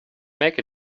make